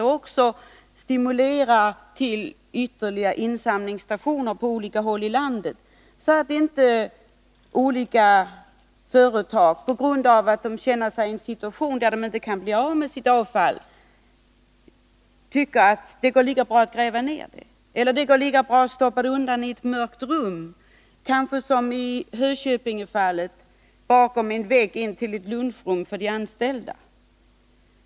Man bör vidare stimulera till ytterligare insamlingsstationer på olika håll i landet, så att inte olika företag, på grund av att de befinner sig i en situation där de inte kan bli av med sitt avfall, tycker att det går lika bra att gräva ned det eller att stoppa undan det i ett mörkt rum, kanske — som i Hököpingefallet — bakom en vägg till ett lunchrum för de anställda.